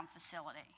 facility